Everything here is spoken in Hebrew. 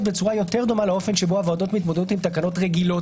בצורה יותר דומה לאופן שבו ועדות מתמודדות עם תקנות רגילות,